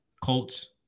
Colts